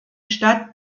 stadt